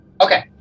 Okay